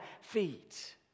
feet